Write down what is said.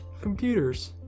Computers